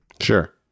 Sure